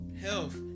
health